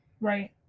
Right